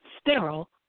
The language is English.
sterile